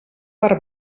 per